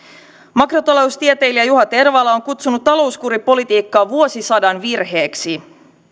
makrotaloustieteilijä juha tervala on kutsunut talouskuripolitiikkaa vuosisadan virheeksi